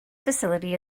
facility